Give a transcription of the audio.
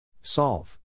Solve